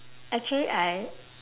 actually I